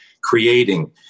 creating